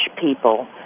people